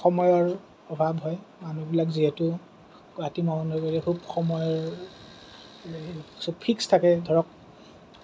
সময়ৰ অভাৱ হয় মানুহবিলাক যিহেতু ৰাতি খুব সময় চব ফিক্স থাকে ধৰক